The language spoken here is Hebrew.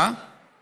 מה לא יהיה לו?